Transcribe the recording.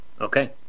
Okay